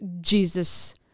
jesus